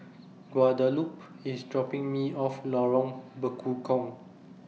Guadalupe IS dropping Me off Lorong Bekukong